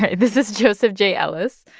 ah this is joseph j. ellis.